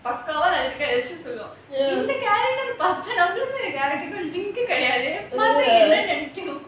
பக்காவா சொல்லுவா:pakkaavaa solluvaa character நமக்கும்:namakum link கிடையாதே:kidaiyaathae